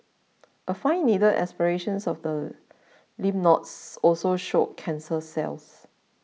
a fine needle aspiration of the lymph nodes also showed cancer cells